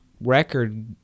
record